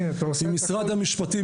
משרד המשפטים,